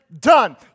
done